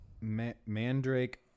mandrake